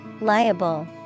Liable